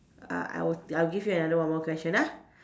uh I will I will give you another one more question ah